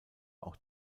auch